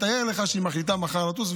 תאר לך שהיא מחליטה מחר לטוס,